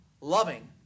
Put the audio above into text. Loving